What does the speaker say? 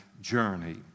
journey